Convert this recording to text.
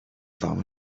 fam